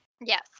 Yes